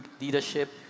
leadership